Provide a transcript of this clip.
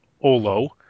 Olo